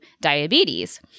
diabetes